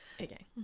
Okay